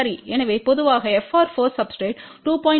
எனவே பொதுவாக FR4 substrate 2